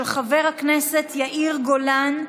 של חבר הכנסת יאיר גולן.